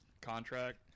contract